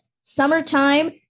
summertime